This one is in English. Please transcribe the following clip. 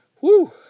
Woo